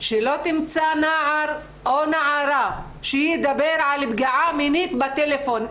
שלא תמצא נער או נערה שידבר על פגיעה מינית בטלפון.